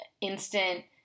instant